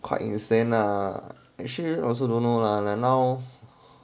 quite insane lah actually I also don't know lah now